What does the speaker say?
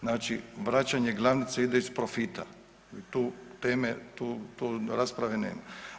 Znači vraćanje glavnice ide iz profita i tu teme, tu rasprave nema.